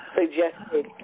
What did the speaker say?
suggested